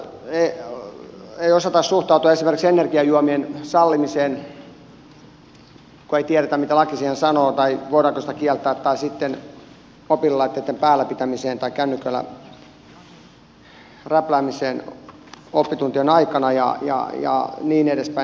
kouluissa muun muassa ei osata suhtautua esimerkiksi energiajuomien sallimiseen kun ei tiedetä mitä laki siihen sanoo tai voidaanko niitä kieltää tai sitten mobiililaitteitten päällä pitämiseen tai kännyköillä räpläämiseen oppituntien aikana ja niin edespäin